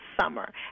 summer